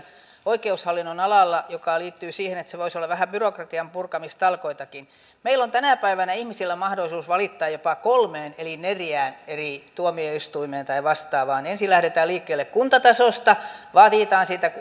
oikeushallinnon alalla joka liittyy siihen että siellä voisi olla vähän byrokratianpurkamistalkoitakin meillä on tänä päivänä ihmisillä mahdollisuus valittaa jopa kolmeen neljään eri tuomioistuimeen tai vastaavaan ensin lähdetään liikkeelle kuntatasosta